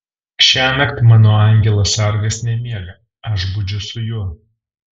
šiąnakt mano angelas sargas nemiega aš budžiu su juo